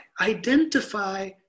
identify